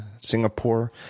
Singapore